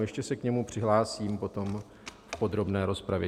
Ještě se k němu přihlásím potom v podrobné rozpravě.